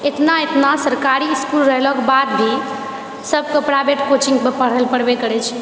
इतना इतना सरकारी इसकुल रहलोके बादभी सबके प्राइवेट कोचिङ्ग पर पढ़ल पढ़बै पड़ैछेै